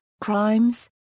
Crimes